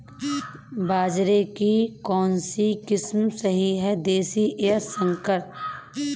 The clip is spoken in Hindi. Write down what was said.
बाजरे की कौनसी किस्म सही हैं देशी या संकर?